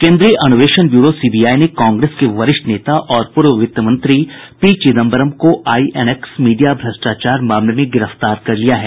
केन्द्रीय अन्वेषण bureau CBI ने कांग्रेस के वरिष्ठ नेता और पूर्व वित्तमंत्री पी चिदंबरम को आईएनएक्स मीडिया भ्रष्टाचार मामले में गिरफ्तार कर लिया है